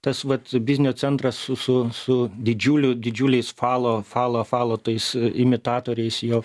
tas vat biznio centras su su didžiuliu didžiuliais falo falo falo tais imitatoriais jo